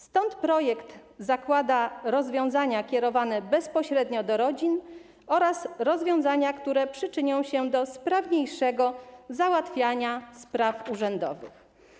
Stąd w projekcie zakłada się rozwiązania kierowane bezpośrednio do rodzin oraz rozwiązania, które przyczynią się do sprawniejszego załatwiania spraw urzędowych.